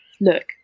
Look